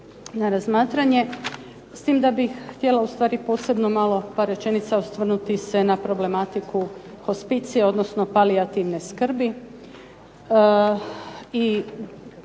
na razmatranje. S tim da bih htjela ustvari posebno malo par rečenica osvrnuti se na problematiku hospicija, odnosno palijativne skrbi